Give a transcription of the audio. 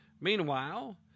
Meanwhile